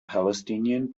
palestinian